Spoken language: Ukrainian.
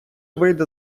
вийде